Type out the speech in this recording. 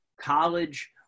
college